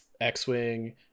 x-wing